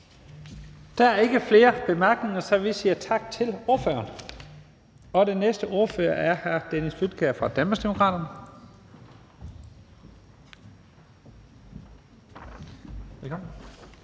Der er ikke flere korte bemærkninger, så vi siger tak til ordføreren. Den næste ordfører er hr. Dennis Flydtkjær fra Danmarksdemokraterne. Velkommen.